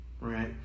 right